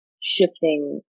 shifting